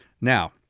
Now